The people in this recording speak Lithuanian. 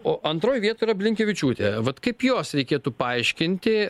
o antroj vietoj yra blinkevičiūtė vat kaip jos reikėtų paaiškinti